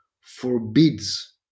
forbids